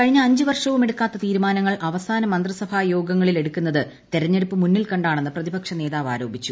കഴിഞ അഞ്ച് വർഷവും എടുക്കാത്ത തീരുമാനങ്ങൾ അവസാന മന്ത്രിസഭാ യോഗങ്ങളിൽ എടുക്കുന്നത് തെരഞ്ഞെടുപ്പ് മുന്നിൽ കണ്ടാണെന്ന് പ്രതിപക്ഷനേതാവ് ആരോപിച്ചു